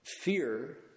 Fear